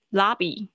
lobby